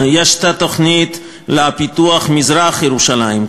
יש תוכנית לפיתוח מזרח-ירושלים,